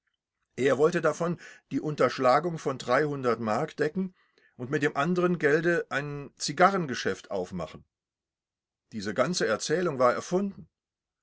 er wolle davon die unterschlagung von m decken und mit dem anderen gelde ein zigarrengeschäft aufmachen diese ganze erzählung war erfunden